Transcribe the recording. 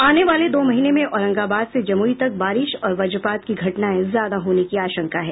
आने वाले दो महीने में औरंगाबाद से जमुई तक बारिश और वजपात की घटनायें ज्यादा होने की आशंका है